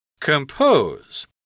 Compose